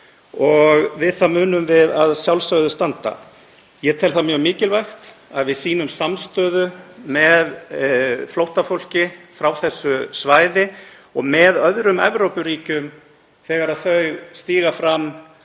og við það munum við að sjálfsögðu standa. Ég tel það mjög mikilvægt að við sýnum samstöðu með flóttafólki frá þessu svæði og með öðrum Evrópuríkjum þegar þau stíga fram